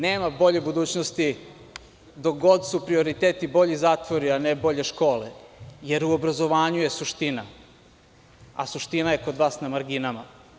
Nema bolje budućnosti dok god su prioriteti bolji zatvori, a ne bolje škole, jer u obrazovanju je suština, a suština je kod vas na marginama.